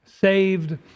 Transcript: saved